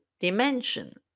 dimension